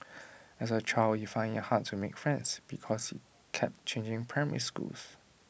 as A child he found IT hard to make friends because he kept changing primary schools